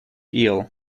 eel